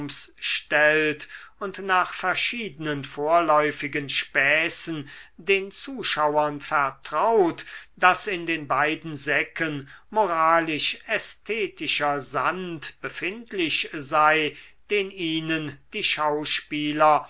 stellt und nach verschiedenen vorläufigen späßen den zuschauern vertraut daß in den beiden säcken moralisch ästhetischer sand befindlich sei den ihnen die schauspieler